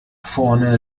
vorne